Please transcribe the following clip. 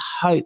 hope